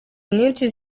nyinshi